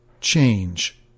change